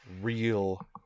real